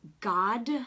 God